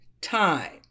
time